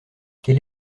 quel